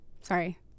Sorry